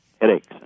headaches